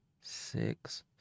six